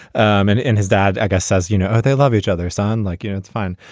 um and and his dad i guy says you know they love each other son like you. know it's fine.